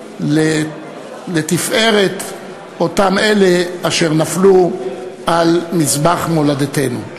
לתפארת אותם אלה אשר נפלו על מזבח מולדתנו.